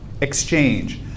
exchange